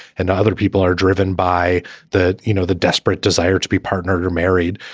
and other people are driven by that you know, the desperate desire to be partnered or married.